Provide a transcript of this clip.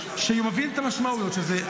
שמבין את המשמעויות של זה,